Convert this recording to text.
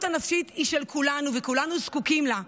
הנפשית היא של כולנו וכולנו זקוקים לה,